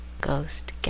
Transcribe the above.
ghost